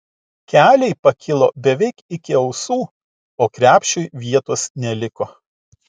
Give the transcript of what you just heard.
keliai pakilo beveik iki ausų o krepšiui vietos neliko